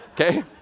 okay